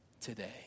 today